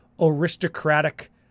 aristocratic